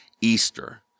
Easter